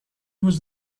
was